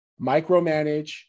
micromanage